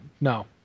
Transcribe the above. no